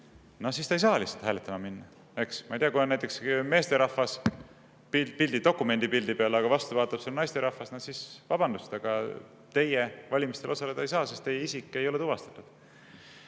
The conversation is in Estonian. siis ta ei saa lihtsalt hääletama minna. Ma ei tea, kui on näiteks meesterahvas dokumendi pildi peal, aga vastu vaatab naisterahvas, siis öeldakse: "Vabandust, aga teie valimistel osaleda ei saa, sest teie isik ei ole tuvastatud."